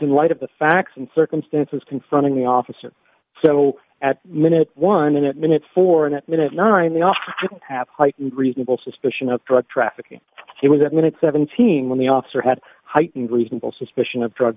in light of the facts and circumstances confronting the officer so at minute one minute minute for a minute ninety off have heightened reasonable suspicion of drug trafficking he was a minute seventeen when the officer had heightened reasonable suspicion of drug